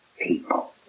people